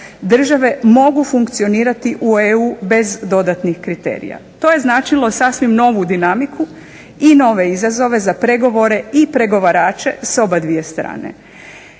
države mogu funkcionirati u EU bez dodatnih kriterija. To je značilo sasvim novu dinamiku i nove izazove za pregovore i pregovarače s oba dvije strane.